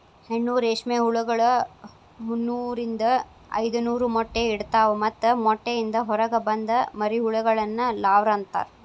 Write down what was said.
ಹೆಣ್ಣು ರೇಷ್ಮೆ ಹುಳಗಳು ಮುನ್ನೂರಿಂದ ಐದನೂರ ಮೊಟ್ಟೆ ಇಡ್ತವಾ ಮತ್ತ ಮೊಟ್ಟೆಯಿಂದ ಹೊರಗ ಬಂದ ಮರಿಹುಳಗಳನ್ನ ಲಾರ್ವ ಅಂತಾರ